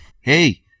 Hey